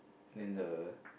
then the